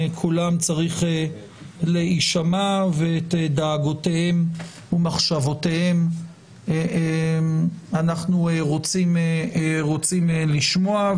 קולם צריך להישמע ואת דאגותיהם ומחשבותיהם אנחנו רוצים לשמוע,